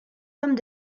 pommes